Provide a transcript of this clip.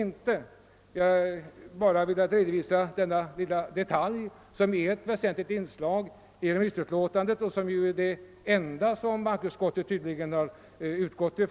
Jag har velat redovisa detta för hållande, eftersom denna detalj är ett väsentligt inslag i det remissyttrande som tydligen är det enda som bankoutskottet utgått från i sitt ställningstagande.